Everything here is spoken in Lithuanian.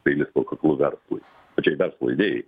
peilis po kaklu verslui pačiai verslo idėjai